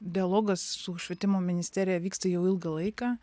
dialogas su švietimo ministerija vyksta jau ilgą laiką